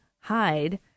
hide